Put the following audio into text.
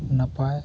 ᱱᱟᱯᱟᱭ